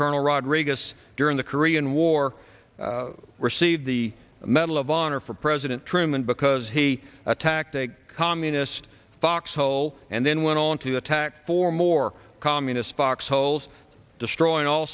colonel rodrigues during the korean war received the medal of honor for president truman because he attacked a communist foxhole and then went on to attack for more communist foxholes destroying all